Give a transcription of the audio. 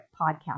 podcast